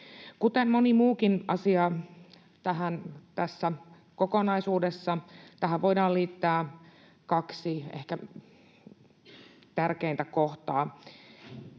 Kuten moni muukin asia tässä kokonaisuudessa, tähän voidaan liittää kaksi ehkä tärkeintä kohtaa,